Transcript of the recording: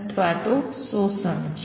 અથવા શોષણ માટે